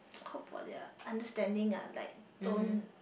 hope for their understanding ah like don't